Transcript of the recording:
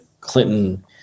Clinton